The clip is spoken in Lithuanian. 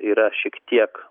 yra šiek tiek